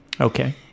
Okay